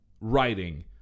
writing